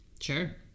Sure